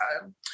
time